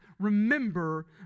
remember